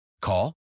Call